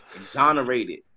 Exonerated